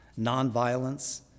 nonviolence